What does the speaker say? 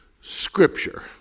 scripture